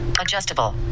Adjustable